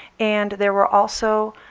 and there were also